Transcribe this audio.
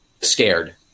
scared